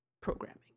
programming